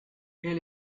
elle